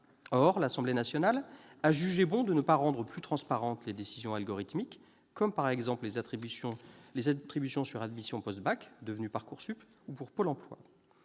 Or l'Assemblée nationale a jugé bon de ne pas rendre plus transparentes les décisions algorithmiques, comme les attributions sur le portail admission post-bac- devenu Parcoursup -ou pour Pôle emploi.